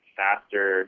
faster